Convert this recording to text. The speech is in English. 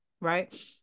right